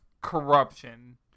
corruption